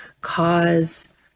cause